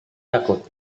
takut